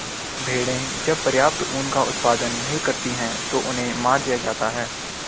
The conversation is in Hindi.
भेड़ें जब पर्याप्त ऊन का उत्पादन नहीं करती हैं तो उन्हें मार दिया जाता है